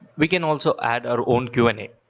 we can also add our own q and a.